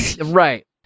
Right